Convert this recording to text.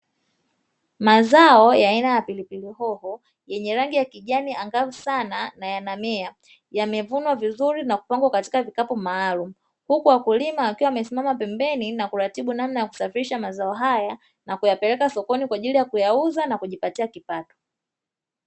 Mazao ya aina ya pilipili hoho yenye rangi ya kijani angavu sana na yanamea, yamevunwa vizuri na kupangwa katika vikapu maalumu huku wakulima wakiwa wamesimama pembeni, na kuratibu namna ya kusafirisha haya na kuyapeleka sokoni kwa ajili ya kuyauza na kujipatia kipato.